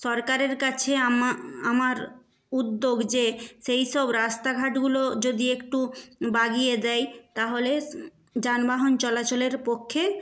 সরকারের কাছে আমার উদ্যোগ যে সেই সব রাস্তাঘাটগুলি যদি একটু বাগিয়ে দেয় তাহলে যানবাহন চলাচলের পক্ষে